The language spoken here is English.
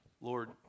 Lord